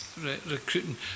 recruiting